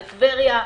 לטבריה.